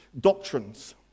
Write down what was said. doctrines